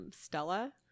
Stella